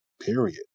period